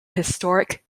historic